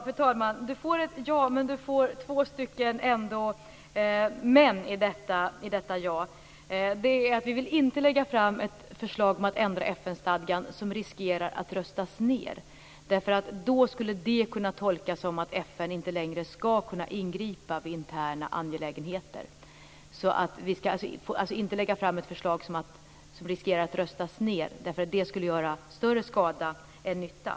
Fru talman! Du får ett ja, men du får ändå två men i detta ja. Vi vill nämligen inte lägga fram ett förslag om att ändra FN-stadgan som riskerar att röstas ned. Det skulle kunna tolkas som att FN inte längre skall kunna ingripa vid interna angelägenheter. Vi får alltså inte lägga fram ett förslag som riskerar att röstas ned, eftersom det skulle göra större skada än nytta.